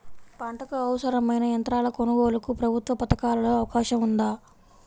పంటకు అవసరమైన యంత్రాల కొనగోలుకు ప్రభుత్వ పథకాలలో అవకాశం ఉందా?